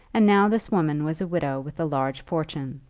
and now this woman was a widow with a large fortune,